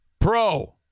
Pro